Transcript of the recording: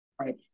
Right